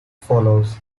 follows